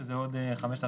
שזה עוד 5,641,